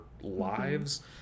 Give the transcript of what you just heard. lives